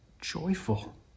joyful